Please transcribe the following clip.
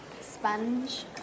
Sponge